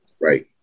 Right